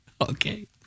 Okay